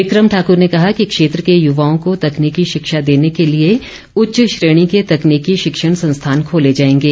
बिक्रम ठाक्र ने कहा कि क्षेत्र के युवाओं को तकनीकी शिक्षा देने के लिए उच्च श्रेणी के तकनीकी शिक्षण संस्थान खोले जाएंगे